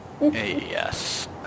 Yes